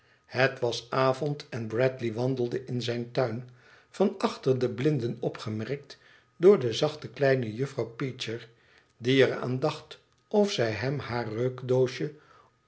het was avond en bradley wandelde in zijn tuin van achter de blinden opgemerkt door de zachte kleine juffrouw peecher die er aan dacht of zij hem haar